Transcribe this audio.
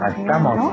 Estamos